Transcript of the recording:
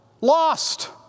lost